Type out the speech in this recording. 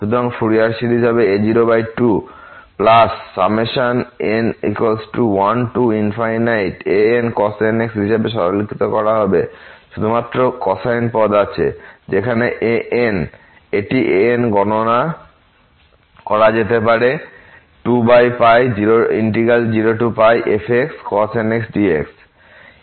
সুতরাং Fourier series a02n1ancos nx হিসাবে সরলীকৃত করা হবে শুধুমাত্র কোসাইন পদ আছে যেখানে এটি an গণনা করা যেতে পারে 20fxcos nx dx